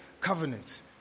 covenant